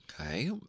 Okay